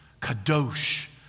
Kadosh